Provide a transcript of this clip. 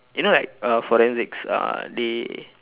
you know like uh forensics uh they